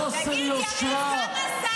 בחוסר יושרה שאין למעלה ממנה.